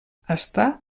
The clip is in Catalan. està